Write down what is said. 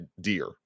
deer